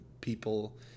people